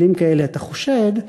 מילים כאלה אתה חושד,